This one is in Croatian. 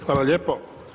Hvala lijepo.